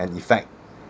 and effect